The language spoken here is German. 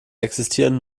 existieren